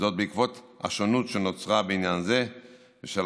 וזאת בעקבות השונות שנוצרה בעניין זה בשל